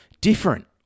Different